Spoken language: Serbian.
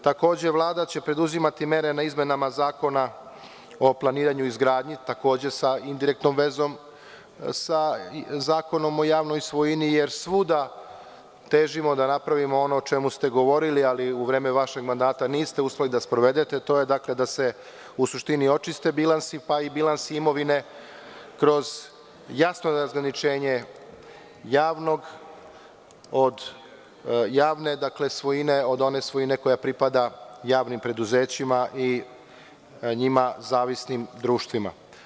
Takođe, Vlada će preduzimati mere na izmenama Zakona o planiranju i izgradnji, takođe sa indirektnom vezom sa Zakonom o javnoj svojini, jer svuda težimo da napravimo ono o čemu ste govorili, ali u vreme vašeg mandata niste uspeli da sprovedete, a to je da se, u suštini, očiste bilansi, pa i bilansi imovine kroz jasno razgraničenje javnog od javne svojine, od one svojine koja pripada javnim preduzećima i njima zavisnim društvima.